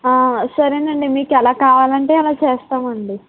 సరేనండి మీకు ఎలా కావాలంటే అలా చేస్తామండి